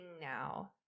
now